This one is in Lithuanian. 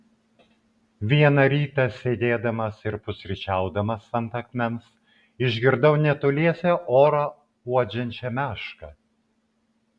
vieną rytą sėdėdamas ir pusryčiaudamas ant akmens išgirdau netoliese orą uodžiančią mešką